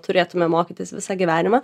turėtume mokytis visą gyvenimą